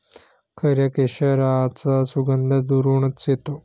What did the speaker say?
खऱ्या केशराचा सुगंध दुरूनच येतो